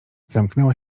zamknęła